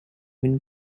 been